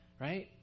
Right